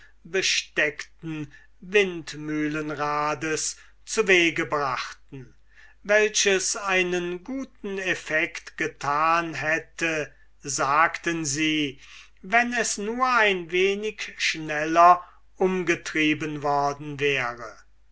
besteckten windmühlenrades zuwege brachten welches einen guten effect getan hätte sagten sie wenn es nur ein wenig schneller umgetrieben worden wäre